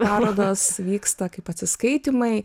parodos vyksta kaip atsiskaitymai